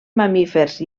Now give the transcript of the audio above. mamífers